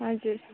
हजुर